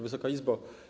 Wysoka Izbo!